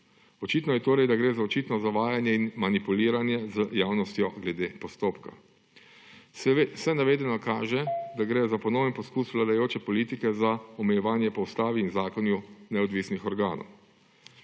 Očitno je torej, da gre za očitno zavajanje in manipuliranje z javnostjo glede postopka. Vse navedeno kaže, da gre za ponoven poskus vladajoče politike za omejevanje po ustavi in zakonu neodvisnih organov.